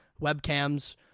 webcams